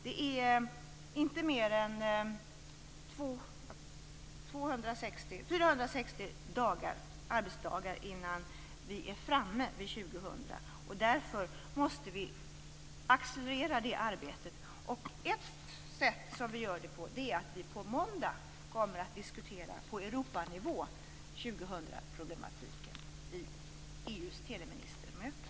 Det är inte mer än 460 arbetsdagar innan vi är framme vid år 2000. Därför måste vi accelerera det arbetet. Ett sätt som vi gör det på är att vi på måndag kommer att diskutera 2000-problematiken på Europanivå vid